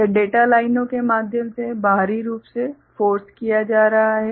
यह डेटा लाइनों के माध्यम से बाहरी रूप से फोर्स किया जा रहा है